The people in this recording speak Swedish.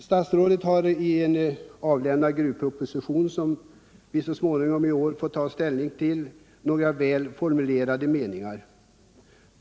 Statsrådet har i en avlämnad gruvproposition, som riksdagen så småningom i år får ta ställning till; några välformulerade meningar.